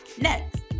next